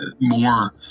more